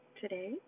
today